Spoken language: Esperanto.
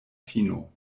fino